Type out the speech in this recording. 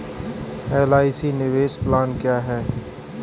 LIC निवेश plan क्या है?